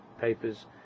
papers